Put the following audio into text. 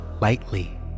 lightly